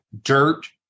dirt